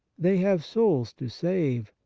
they have souls to save,